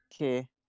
Okay